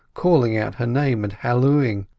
calling out her name and hallooing.